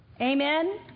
Amen